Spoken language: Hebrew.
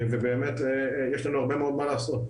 ובאמת יש לנו הרבה מאוד מה לעשות.